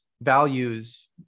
values